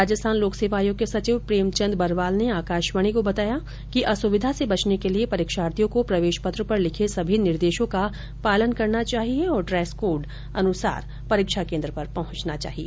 राजस्थान लोक सेवा आयोग के सचिव प्रेमचन्द बरवाल ने आकाशवाणी को बताया कि असुविधा से बचने के लिए परीक्षार्थियों को प्रवेश पत्र पर लिखे सभी निर्देशों का पालन करना चाहिए और ड्रेस कोड अनुसार परीक्षा केन्द्र पर पहुंचना चाहिए